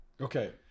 okay